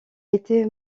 été